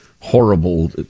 horrible